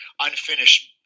unfinished